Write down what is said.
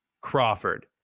Crawford